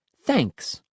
Thanks